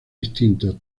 distintos